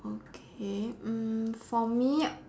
okay mm for me